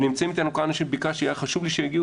נמצאים איתנו כאן אנשים שהיה חשוב לי שיגיעו